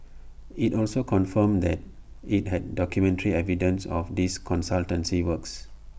IT also confirmed that IT had documentary evidence of these consultancy works